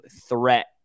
threat